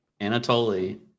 Anatoly